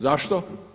Zašto?